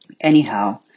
Anyhow